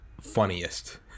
funniest